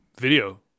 video